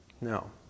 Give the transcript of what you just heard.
No